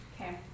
Okay